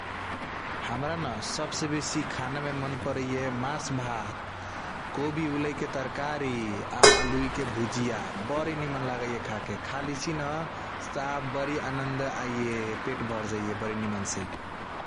हामरना सब से बेसी खाना मे मनपरैया मसभात कोवि उलाई के तरकारी आ उलाई के भुजिया बारी निमान लागैया खायाक खा लिक्षी न बारी आनदा आइया पेट व्यर जाइया बारी निमन से |.